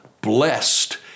blessed